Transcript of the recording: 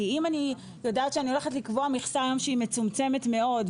כי אם אני יודעת שאני הולכת לקבוע מכסה שהיא מצומצמת מאוד,